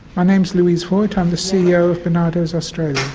my name's louise voigt. i'm the ceo of barnardos australia.